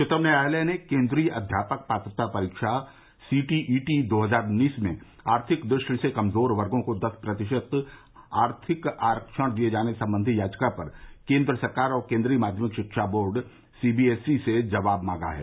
उच्चतम न्यायालय ने केन्द्रीय अध्यापक पात्रता परीक्षा सीटीईटी दो हजार उन्नीस में आर्थिक दृष्टि से कमजोर वर्गो को दस प्रतिशत आरक्षण दिये जाने संबंधी याचिका पर केन्द्र सरकार और केन्द्रीय माध्यमिक शिक्षा बोर्ड सीबीएसई से जवाब मांगा है